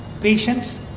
patience